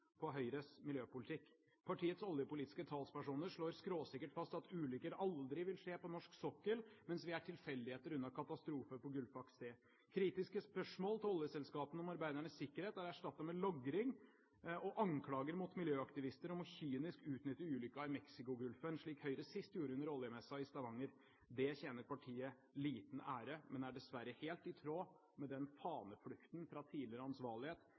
på Høyres miljøpolitikk. Partiets oljepolitiske talspersoner slår skråsikkert fast at ulykker aldri vil skje på norsk sokkel, mens vi er tilfeldigheter unna katastrofer på Gullfaks C. Kritiske spørsmål til oljeselskapene om arbeidernes sikkerhet er erstattet med logring og anklager mot miljøaktivister om kynisk å utnytte ulykken i Mexicogolfen, slik Høyre sist gjorde under oljemessen i Stavanger. Det tjener partiet til liten ære, men er dessverre helt i tråd med den faneflukten fra tidligere ansvarlighet